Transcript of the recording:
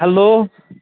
hello